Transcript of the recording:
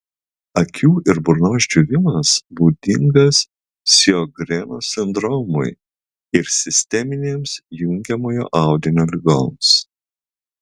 akių ir burnos džiūvimas būdingas sjogreno sindromui ir sisteminėms jungiamojo audinio ligoms